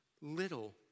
little